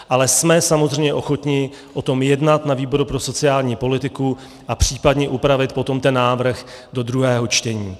Ale jsme samozřejmě ochotni o tom jednat na výboru pro sociální politiku a případně upravit ten návrh do druhého čtení.